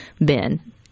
Ben